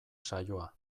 saioa